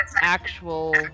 actual